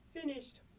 finished